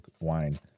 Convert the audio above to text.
wine